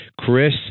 Chris